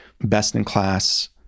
best-in-class